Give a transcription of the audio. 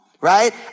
right